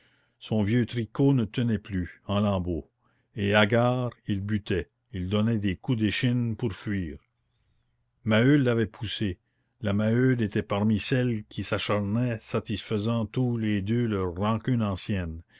son vieux tricot ne tenait plus en lambeaux et hagard il butait il donnait des coups d'échine pour fuir maheu l'avait poussé la maheude était parmi celles qui s'acharnaient satisfaisant tous les deux leur rancune ancienne